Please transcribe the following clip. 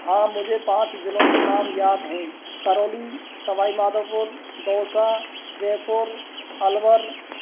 हाँ मुझे पाँच जिलों के नाम याद हैं करोली सवाई माधवपुर दौसा जयपुर अलवर